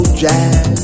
jazz